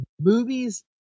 movies